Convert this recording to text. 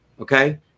okay